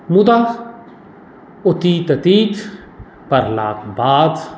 मुदा ओ तीत अतीत पढ़लाक बाद